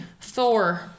Thor